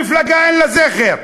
מפלגה שאין לה זכר.